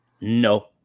No